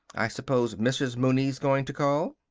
i suppose mrs. mooney's going to call?